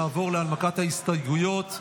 נעבור להנמקת ההסתייגויות.